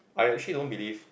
I actually don't believe